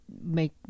make